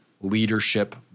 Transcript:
leadership